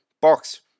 Box